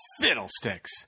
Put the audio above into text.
Fiddlesticks